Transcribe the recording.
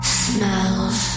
smells